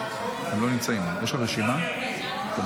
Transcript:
את הצעת חוק הכניסה לישראל (הוראת שעה,